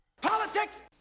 Politics